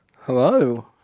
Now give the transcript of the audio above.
Hello